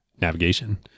navigation